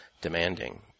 demanding